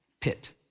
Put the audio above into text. pit